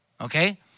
okay